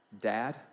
dad